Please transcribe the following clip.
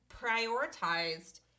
prioritized